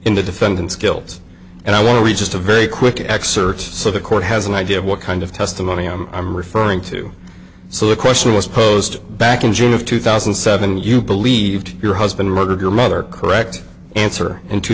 in the defendant's guilt and i want to read just a very quick excerpt so the court has an idea of what kind of testimony i'm referring to so the question was posed back in june of two thousand and seven you believed your husband murdered your mother correct answer in two